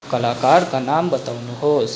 कलाकारक नाम बताउनुहोस